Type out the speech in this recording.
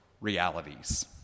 realities